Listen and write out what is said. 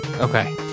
Okay